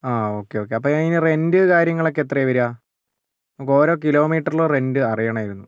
ആ okay okay ഞാൻ ഇതിന് റെൻ്റ് കാര്യങ്ങളൊക്കെ എത്രയാണ് വരിക നമുക്ക് ഓരോ കിലോമീറ്ററിലും റെൻ്റ് അറിയണമായിരുന്നു